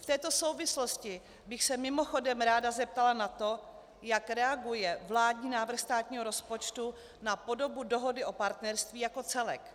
V této souvislosti bych se mimochodem ráda zeptala na to, jak reaguje vládní návrh státního rozpočtu na podobu Dohody o partnerství jako celek.